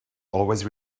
always